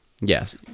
yes